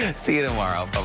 see you tomorrow. but